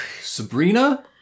Sabrina